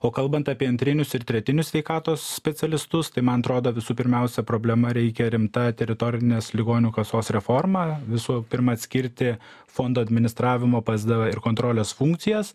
o kalbant apie antrinius ir tretinius sveikatos specialistus tai man atrodo visų pirmiausia problema reikia rimta teritorinės ligonių kasos reforma visų pirma atskirti fondo administravimo psd ir kontrolės funkcijas